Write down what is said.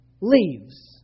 Leaves